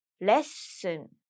lesson